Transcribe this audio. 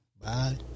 Bye